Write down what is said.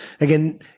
Again